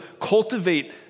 cultivate